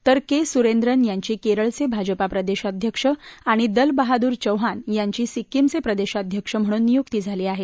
तर के सुरेंद्रन यांची केरळचे भाजपा प्रदेशाध्यक्ष आणि दल बहादूर चौहान यांची सिक्किमचे प्रदेशाध्यक्ष म्हणून नियुक्ती झाली आहे